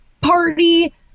party